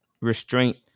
restraint